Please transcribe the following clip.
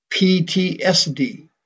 PTSD